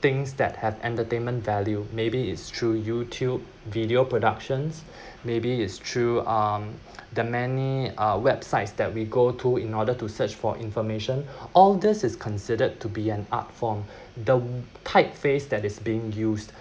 things that had entertainment value maybe is through youtube video productions maybe it's through um the many um websites that we go to in order to search for information all this is considered to be an art form the type face that is being used